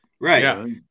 Right